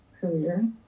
career